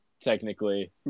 technically